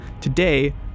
Today